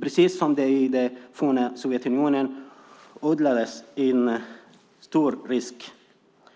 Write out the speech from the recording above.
Precis som det i det forna Sovjetunionen odlades en storrysk